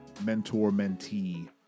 mentor-mentee